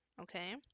okay